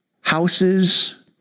houses